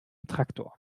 traktor